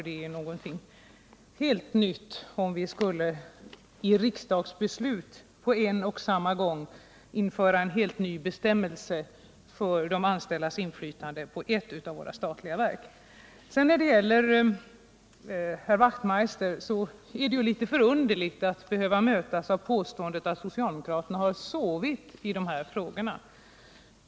Det vore ju något helt nytt om vi nu genom riksdagsbeslut skulle införa en ny bestämmelse för de anställdas inflytande på ett av våra statliga verk. Det är förunderligt att från Hans Wachtmeister behöva möta påståendet att socialdemokraterna har sovit i de här frågorna.